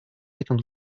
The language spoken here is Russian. этом